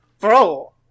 Bro